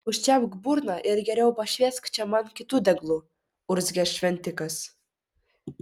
užčiaupk burną ir geriau pašviesk čia man kitu deglu urzgė šventikas